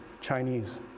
Chinese